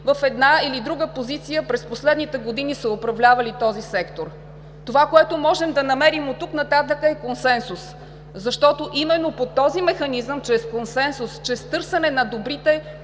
в една или друга позиция през последните години, са управлявали този сектор. Това, което можем да намерим оттук нататък, е консенсус. Защото именно по този механизъм – чрез консенсус, чрез търсене на добрите